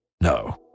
No